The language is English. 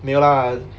没有 lah